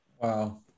Wow